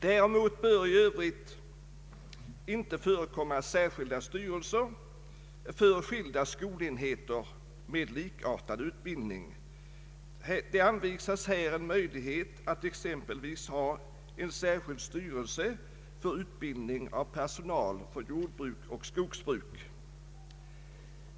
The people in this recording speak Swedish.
Däremot bör i övrigt inte förekomma särskilda styrelser för skilda skolenheter med likartad utbildning. Det anvisas här en möjlighet att exempelvis ha en särskild styrelse för utbildning av personal för jordbruk och skogsbruk.